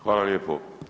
Hvala lijepo.